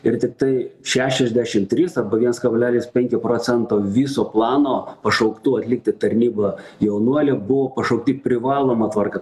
ir tiktai šešiasdešimt trys arba viens kablelis penki procento viso plano pašauktų atlikti tarnybą jaunuolių buvo pašaukti privaloma tvarka